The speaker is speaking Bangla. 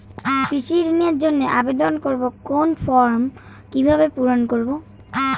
কৃষি ঋণের জন্য আবেদন করব কোন ফর্ম কিভাবে পূরণ করব?